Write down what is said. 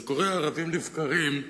זה קורה ערבים לבקרים.